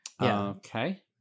Okay